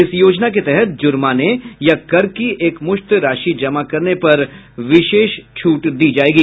इस योजना के तहत जुर्माने या कर की एकमुश्त राशि जमा करने पर विशेष छूट दी जायेगी